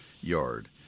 yard